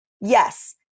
Yes